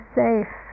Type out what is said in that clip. safe